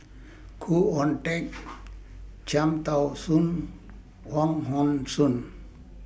Khoo Oon Teik Cham Tao Soon Wong Hong Suen